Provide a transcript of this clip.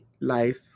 life